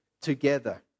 together